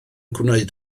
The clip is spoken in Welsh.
gwneud